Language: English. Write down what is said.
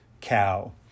cow